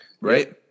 right